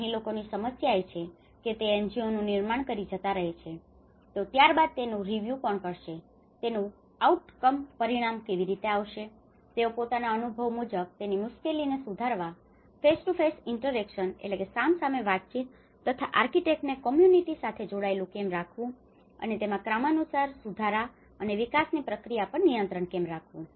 અહીં લોકોની સમસ્યા એ છે કે તે એનજીઓનું નિર્માણ કરીને જતા રહે છે તો ત્યારબાદ તેનું રિવ્યૂ review અવલોકન કોણ કરશે તેનું આઉટકમ outcomeપરિણામ કેવી રીતે આવશે તેઓ પોતાના અનુભવ મુજબ તેની મુશ્કેલીને સુધારવા face to face interaction face to face interaction સામ સામે વાતચીત તથા આર્કિટેકટને કૉમ્યૂનિટી community સમુદાય સાથે જોડાયેલું કેમ રાખવું અને તેમાં ક્રમાનુસાર સુધારા અને વિકાસની પ્રક્રિયા પર નિયંત્રણ કેવી રીતે રાખવું